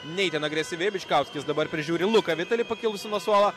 ne itin agresyvi bičkauskis dabar prižiūri luką vitalį pakilusį nuo suolo